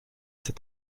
c’est